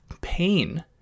pain